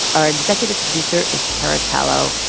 our executive producer is cara tallo.